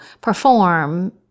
perform